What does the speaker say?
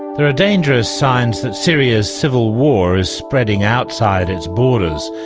there are dangerous signs that syria's civil war is spreading outside its borders.